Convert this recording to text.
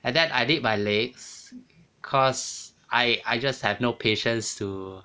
and then I need my legs cause I I just have no patience to